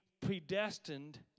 predestined